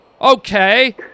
Okay